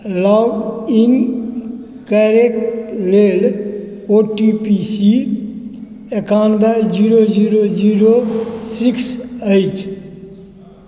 login करैक लेल ओटीपीसी एकानबे जीरो जीरो जीरो सिक्स अछि